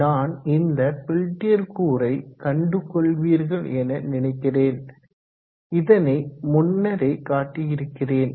நான் இந்த பெல்டியர் கூறை கண்டு கொள்வீர்கள் என நினைக்கிறேன் இதனை முன்னரே காட்டியிருக்கிறேன்